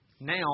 now